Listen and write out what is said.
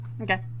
Okay